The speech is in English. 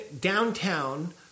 downtown